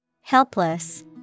Helpless